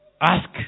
ask